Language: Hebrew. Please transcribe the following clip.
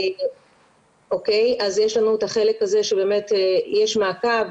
אז יש לנו את החלק הזה שבאמת יש מעקב,